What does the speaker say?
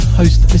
host